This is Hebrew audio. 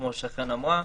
כמו שחן אמרה.